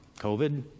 COVID